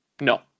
No